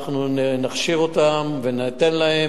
ואנחנו נכשיר אותם וניתן להם,